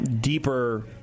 deeper